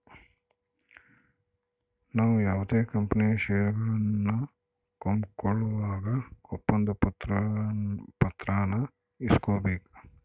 ನಾವು ಯಾವುದೇ ಕಂಪನಿಯ ಷೇರುಗಳನ್ನ ಕೊಂಕೊಳ್ಳುವಾಗ ಒಪ್ಪಂದ ಪತ್ರಾನ ಇಸ್ಕೊಬೇಕು